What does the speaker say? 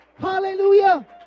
Hallelujah